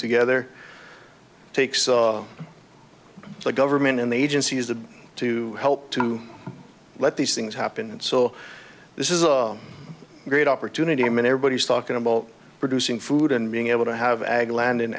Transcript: together takes the government and the agency is there to help to let these things happen and so this is a great opportunity and everybody's talking about producing food and being able to have ag land